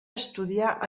estudiar